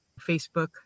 Facebook